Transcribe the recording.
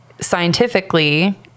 scientifically